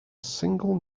single